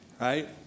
right